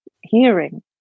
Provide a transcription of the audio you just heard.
hearing